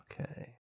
Okay